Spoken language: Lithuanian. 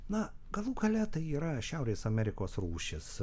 na galų gale tai yra šiaurės amerikos rūšis